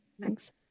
Thanks